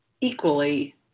equally